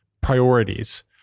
priorities